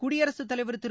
குடியரசுத் தலைவர் திரு